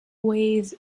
ways